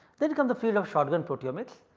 then comes the field of shotgun proteomics,